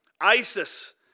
ISIS